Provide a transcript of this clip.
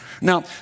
Now